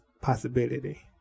possibility